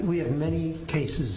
we have many cases